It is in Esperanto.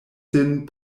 sin